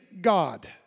God